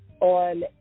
on